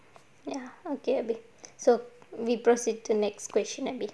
ya okay erby so we proceed to next question erby